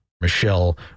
Michelle